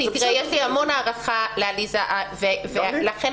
יש לי המון הערכה לעליזה בלוך.